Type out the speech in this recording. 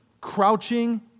crouching